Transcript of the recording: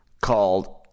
called